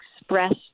expressed